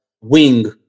wing